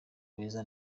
beza